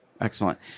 excellent